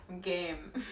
game